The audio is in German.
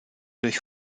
durch